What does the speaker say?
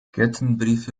kettenbriefe